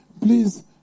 Please